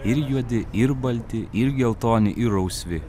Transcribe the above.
ir juodi ir balti ir geltoni ir rausvi